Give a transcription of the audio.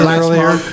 earlier